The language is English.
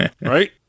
right